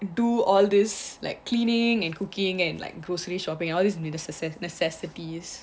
do all this like cleaning and cooking and like grocery shopping all these ness~ necessities